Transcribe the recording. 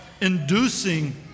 inducing